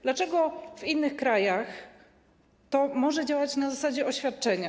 Dlaczego w innych krajach to może działać na zasadzie oświadczenia?